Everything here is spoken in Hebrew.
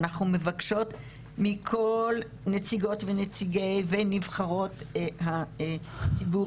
ואנחנו מבקשות מכל נציגות ונציגי ונבחרות הציבור